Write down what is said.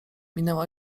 minęła